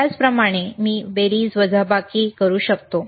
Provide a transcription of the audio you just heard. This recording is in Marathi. त्याचप्रमाणे मी बेरीज वजाबाकी बरोबर करू शकतो